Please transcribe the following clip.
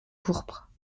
pourpre